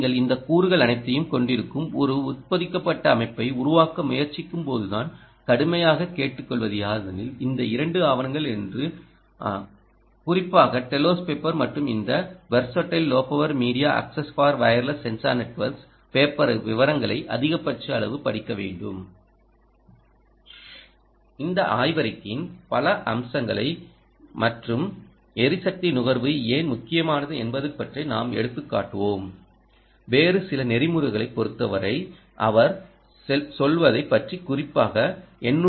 நீங்கள் இந்த கூறுகள் அனைத்தையும் கொண்டிருக்கும் ஒரு உட்பொதிக்கப்பட்ட அமைப்பை உருவாக்க முயற்சிக்கும் போதுநான் கடுமையாக கேட்டுக்கொள்வது யாதெனில் இந்த 2 ஆவணங்கள் என்று குறிப்பாக டெலோஸ் பேப்பர் மற்றும் இந்த 'versatile low power media access for wireless sensor networks ' பேப்பரை விவரங்களுக்கு அதிகபட்ச அளவு படிக்க வேண்டும் இந்த ஆய்வறிக்கையின் பல அம்சங்கள் மற்றும் எரிசக்தி நுகர்வு ஏன் முக்கியமானது என்பதைப் பற்றி நாம் எடுத்துக்காட்டுவோம் வேறு சில நெறிமுறைகளைப் பொறுத்தவரை அவர் சொல்வதைப் பற்றிகுறிப்பாக 802